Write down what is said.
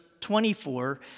24